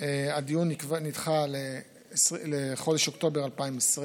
הדיון נדחה לחודש אוקטובר 2020,